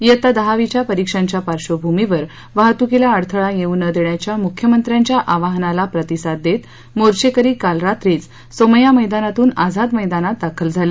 डेत्ता दहावीच्या परिक्षांच्या पार्श्वभूमीवर वाहतुकीला अडथळा येऊ न देण्याच्या मुख्यमंत्र्यांच्या आवाहनाला प्रतिसाद देत मोर्घेकरी काल रात्रीच सोमय्या मैदानातून आझाद मैदानात दाखल झाले